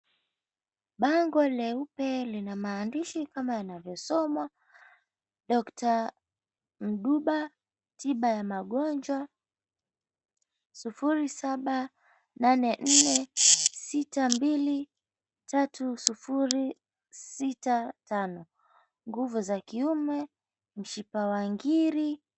Bango leupe lina maandishi kama yanavyosomwa Dokta Mduba tiba ya magonjwa 0784623065 nguvu za kiume, mishipa wa ngiri.